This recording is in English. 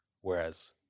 Whereas